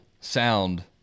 sound